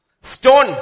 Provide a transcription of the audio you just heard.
Stone